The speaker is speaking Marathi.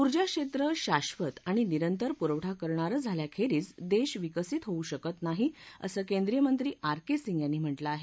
ऊर्जा क्षेत्र शावत आणि निरंतर पुरवठा करणारं झाल्याखेरिज देश विकसित होऊ शकत नाही असं केंद्रीय मंत्री आर के सिंग यांनी म्हटलं आहे